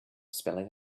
spelling